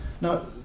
Now